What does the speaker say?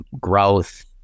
growth